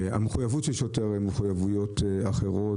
המחויבויות של שוטר הן מחויבויות אחרות,